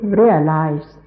realize